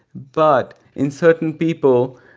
but in certain people,